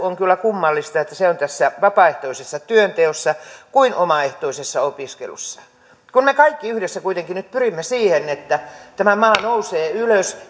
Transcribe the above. on kyllä kummallista että vapaaehtoistoimien rankaisu on niin tässä vapaaehtoisessa työnteossa kuin omaehtoisessa opiskelussa kun me kaikki yhdessä kuitenkin nyt pyrimme siihen että tämä maa nousee ylös